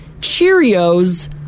cheerios